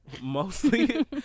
mostly